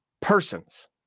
persons